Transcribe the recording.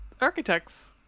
architects